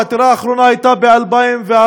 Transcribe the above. העתירה האחרונה הייתה ב-2014,